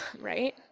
right